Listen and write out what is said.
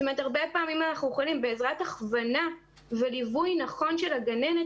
הרבה פעמים אנחנו יכולים בעזרת הכוונה וליווי נכון של הגננת,